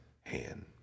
hand